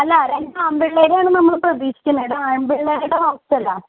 അല്ല രണ്ട് ആൺപിള്ളേരെയാണ് നമ്മൾ പ്രതീക്ഷിക്കുന്നത് ആൺപിള്ളേരുടെ ഹോസ്റ്റലാ